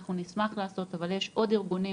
אנחנו נשמח לעשות אבל יש עוד ארגונים